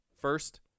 First